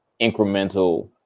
incremental